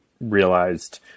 realized